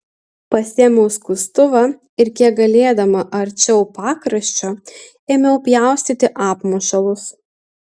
pasiėmiau skustuvą ir kiek galėdama arčiau pakraščio ėmiau pjaustyti apmušalus